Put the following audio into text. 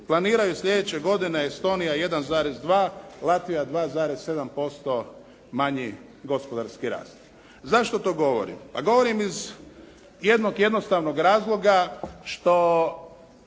Planiraju sljedeće godine Estonija 1,2, Latvija 2,7% manji gospodarski rast. Zašto to govorim? Pa govorim iz jednog jednostavnog razloga što